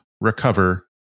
recover